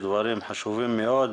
דברים חשובים מאוד.